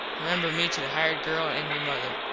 remember me to the hired girl and your mother.